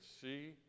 see